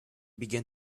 began